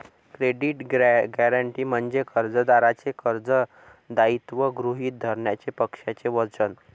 credit guarantee म्हणजे कर्जदाराचे कर्ज दायित्व गृहीत धरण्याचे पक्षाचे वचन